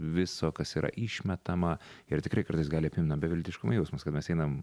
viso kas yra išmetama ir tikrai kartais gali apimt na beviltiškumo jausmas kad mes einam